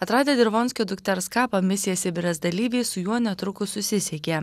atradę dirvonskio dukters kapą misija sibiras dalyviai su juo netrukus susisiekė